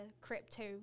crypto